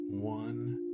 one